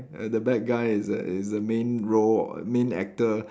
err the bad guy is the is the main role main actor